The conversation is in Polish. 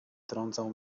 trącał